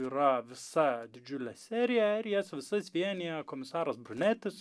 yra visa didžiulė serija ir jas visas vienija komisaras brunetis